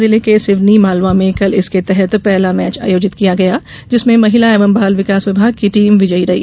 जिले के सिवनी मालवा में कल इसके तहत पहला मैच आयोजित किया गया जिसमें महिला एवं बाल विकास विभाग की टीम विजयी रही